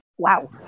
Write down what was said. Wow